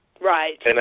Right